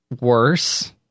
worse